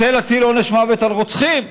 רוצה להטיל עונש מוות על רוצחים?